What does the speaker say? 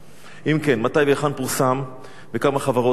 2. אם כן, מתי והיכן פורסם וכמה חברות ניגשו?